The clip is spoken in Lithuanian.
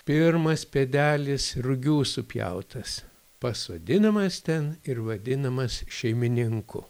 pirmas pėdelis rugių supjautas pasodinamas ten ir vadinamas šeimininku